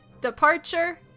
departure